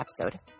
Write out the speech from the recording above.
episode